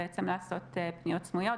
בעצם לעשות פניות סמויות,